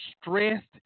stressed